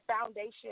foundation